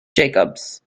jacobs